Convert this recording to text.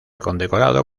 condecorado